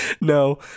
no